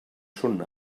són